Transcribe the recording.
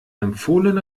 empfohlene